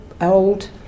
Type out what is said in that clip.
old